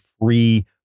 free